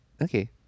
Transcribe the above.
Okay